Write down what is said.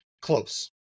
Close